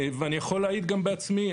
ואני יכול להעיד גם בעצמי,